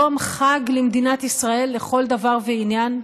יום חג למדינת ישראל לכל דבר ועניין.